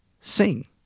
sing